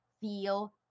feel